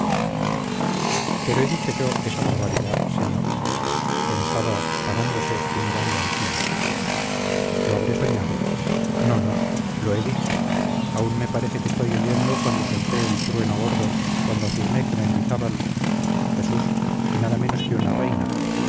pero he dicho yo esa barbaridad señor pensaba parándose y mirando al cielo lo habré soñado no no lo he dicho aún me parece que estoy oyendo cuando solté el trueno gordo cuando afirmé que mendizábal jesús y nada menos que una reina